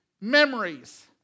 memories